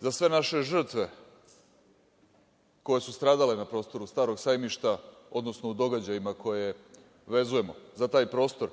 za sve naše žrtve koje su stradale na prostoru Starog sajmišta, odnosno u događajima koje vezujemo za taj prostor.